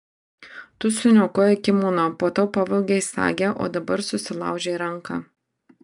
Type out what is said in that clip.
tu suniokojai kimono po to pavogei sagę o dabar susilaužei ranką